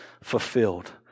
fulfilled